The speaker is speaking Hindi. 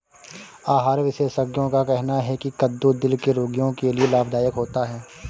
आहार विशेषज्ञों का कहना है की कद्दू दिल के रोगियों के लिए लाभदायक होता है